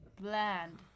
bland